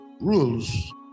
rules